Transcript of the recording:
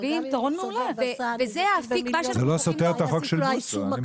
אבל גם אם הוא צובר ועשה נזקים במיליונים --- העיצום הכספי.